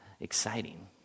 exciting